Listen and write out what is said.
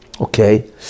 okay